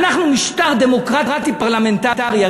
אנחנו משטר דמוקרטי פרלמנטרי.